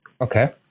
Okay